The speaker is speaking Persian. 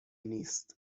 نیست